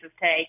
take